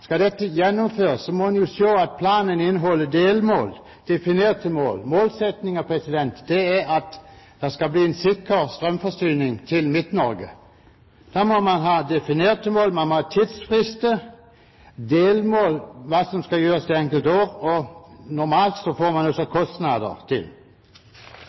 Skal dette gjennomføres, må planen inneholde delmål – definerte mål. Målsettingen er at det skal bli en sikker strømforsyning til Midt-Norge. Da må man ha definerte mål, man må ha tidsfrister og delmål for hva som skal gjøres det enkelte år – og normalt kommer det kostnader til.